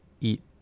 eat